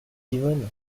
yvonne